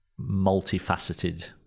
multifaceted